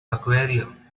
aquarium